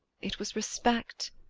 it was respect.